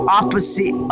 opposite